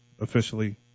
officially